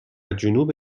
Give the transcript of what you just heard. جنوب